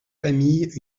familles